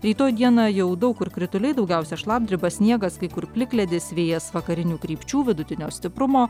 rytoj dieną jau daug kur krituliai daugiausia šlapdriba sniegas kai kur plikledis vėjas vakarinių krypčių vidutinio stiprumo